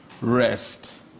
rest